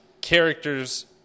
characters